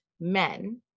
men